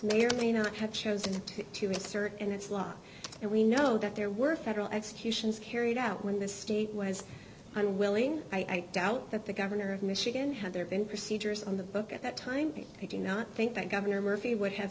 may or may not have chosen to research and it's law and we know that there were federal executions carried out when the state was unwilling i doubt that the governor of michigan had there been procedures on the book at that time i do not think that governor murphy would have